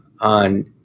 on